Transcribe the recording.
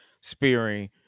spearing